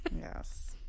Yes